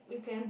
weekend